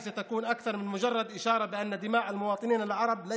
זה יהיה יותר מסימן שהדם של האזרחים הערבים לא